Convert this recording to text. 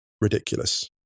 ridiculous